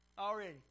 Already